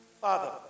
Father